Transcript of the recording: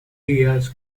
días